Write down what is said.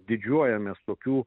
didžiuojamės tokių